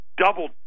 Double